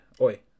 Oi